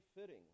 fitting